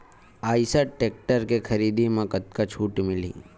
Eicher tractor के खरीदी म कतका छूट मिलही?